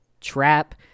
trap